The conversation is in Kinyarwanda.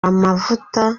amavuta